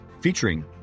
featuring